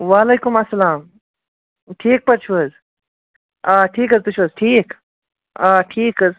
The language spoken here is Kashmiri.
وعلیکُم السلام ٹھیٖک پٲٹھۍ چھُو حظ آ ٹھیٖک حظ تُہۍ چھُو حظ ٹھیٖک آ ٹھیٖک حظ